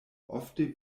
ofte